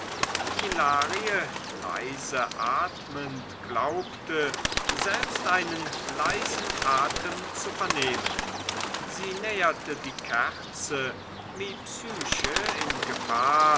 leise atmend glaubte selbst einen leisen atem zu vernehmen sie näherte die kerze wie psyche in gefahr